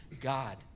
God